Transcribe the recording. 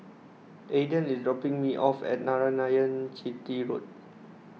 Ayden is dropping me off at Narayanan Chetty Road